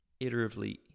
iteratively